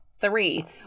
Three